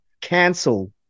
cancel